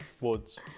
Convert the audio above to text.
Woods